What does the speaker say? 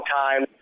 time